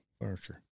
furniture